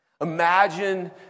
Imagine